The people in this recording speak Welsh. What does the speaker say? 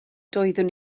doeddwn